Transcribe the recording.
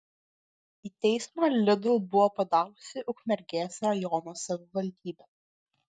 į teismą lidl buvo padavusi ukmergės rajono savivaldybė